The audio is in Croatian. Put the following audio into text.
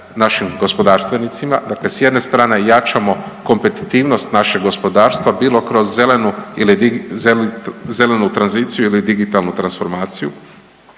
našim gospodarstvenicima, dakle s jedne strane jačamo kompetitivnost našeg gospodarstva, bilo kroz zelenu ili .../nerazumljivo/...